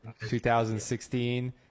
2016